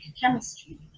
chemistry